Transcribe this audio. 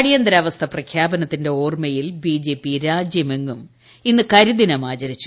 അടിയന്തരാവസ്ഥാ പ്രഖ്യാപ്പന്ത്തിന്റെ ഓർമ്മയിൽ B J P രാജ്യമെങ്ങും ഇന്ന് കരിദിനം ആചരിച്ചു